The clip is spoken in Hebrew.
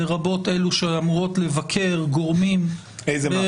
לרבות אלה שאמורות לבקר גורמים -- איזה מערכות?